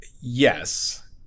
yes